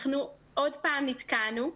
שוב נתקענו.